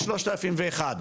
יש 3,001,